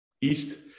east